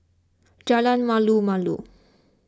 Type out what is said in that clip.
Jalan Malu Malu